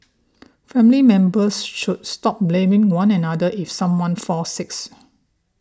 family members should stop blaming one another if someone falls sick